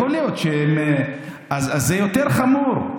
יכול להיות שהם, אז זה יותר חמור.